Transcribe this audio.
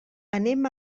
anem